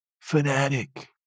fanatic